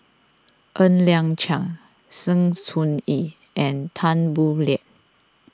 Ng Liang Chiang Sng Choon Yee and Tan Boo Liat